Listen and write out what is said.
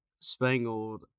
spangled